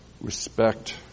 respect